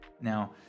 Now